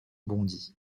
bondit